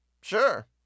Sure